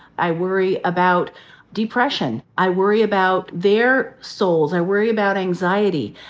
i worry about depression. i worry about their souls. i worry about anxiety.